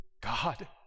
God